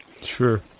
Sure